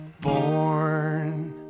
born